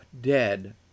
dead